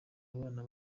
abana